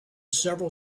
several